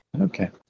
Okay